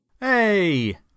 Hey